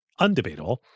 undebatable